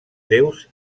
déus